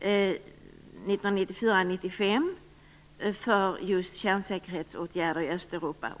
83 miljoner kronor för just kärnsäkerhetsåtgärder i Östeuropa.